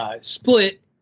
split